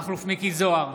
מכלוף מיקי זוהר,